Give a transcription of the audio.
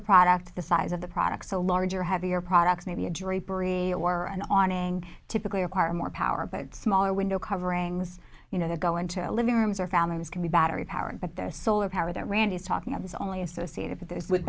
of product the size of the product so larger heavier products may be a drapery or an awning typically require more power but smaller window coverings you know they go into a living rooms or families can be battery powered but they're solar power that rand is talking of is only associated with those with